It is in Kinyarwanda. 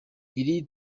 iri